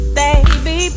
baby